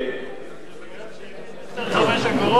זה כי אין יותר חמש אגורות.